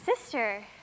sister